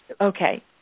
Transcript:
Okay